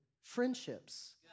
friendships